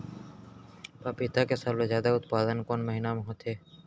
पपीता के सबले जादा उत्पादन कोन महीना में होथे?